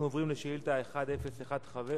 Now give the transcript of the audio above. אנחנו עוברים לשאילתא 1015,